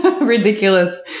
ridiculous